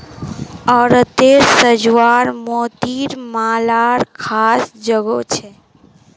औरतेर साज्वात मोतिर मालार ख़ास जोगो छे